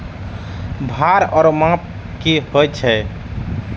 भार ओर माप की होय छै?